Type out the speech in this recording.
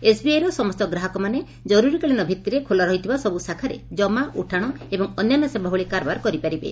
ଏସବିଆଇର ସମସ୍ତ ଗ୍ରାହକମାନେ କରୁରୀକାଳୀନ ଭିଭିରେ ଖୋଲା ରହିଥିବା ସବୁ ଶାଖାରେ କମା ଉଠାଶ ଏବଂ ଅନ୍ୟାନ୍ୟ ସେବା ଭଳି କାରବାର କରିପାରିବେ